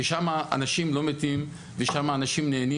שם אנשים לא מתים ושם אנשים נהנים